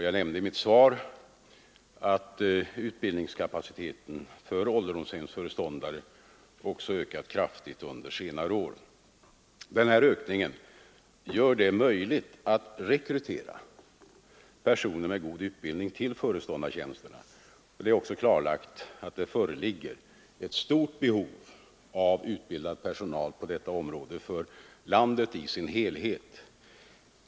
Jag nämnde i mitt svar att utbildningskapaciteten för ålderdomshemsföreståndare också ökat kraftigt under senare år. Denna ökning gör det möjligt att rekrytera personer med god utbildning till föreståndartjänsterna. Det är också klarlagt att det föreligger ett stort behov av utbildad personal på detta område för landet i dess helhet.